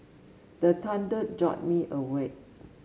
the thunder jolt me awake